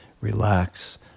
relax